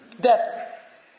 Death